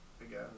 again